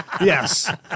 Yes